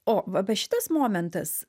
o va va šitas momentas